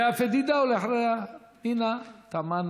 לאה פדידה, ואחריה, פנינה תמנו-שטה.